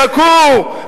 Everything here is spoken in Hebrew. חכו,